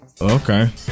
Okay